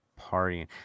partying